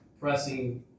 pressing